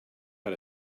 had